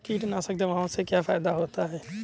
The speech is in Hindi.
कीटनाशक दवाओं से क्या फायदा होता है?